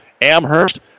Amherst